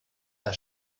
der